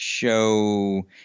show